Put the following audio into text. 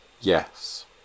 Yes